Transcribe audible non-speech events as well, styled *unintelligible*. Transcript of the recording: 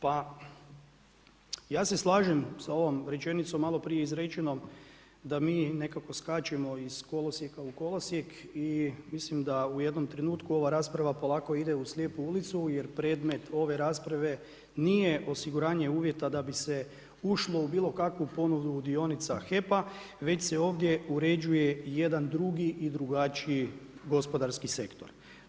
Pa, ja se slažem s ovom rečenicom, maloprije izrečeno, da mi nekako skačemo iz kolosijeka u kolosijek i mislim da u jednom trenutku ova rasprava polako ide u slijepu ulicu, jer predmet ove rasprave, nije osiguranje uvjeta, da bi se ušlo u bilo kakvu … *unintelligible* HEP-a već se ovdje uređuje jedan drugi i drugačiji gospodarski sektor.